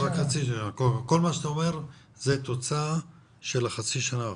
כל מה שאתה אומר זו תוצאה של החצי שנה האחרונה?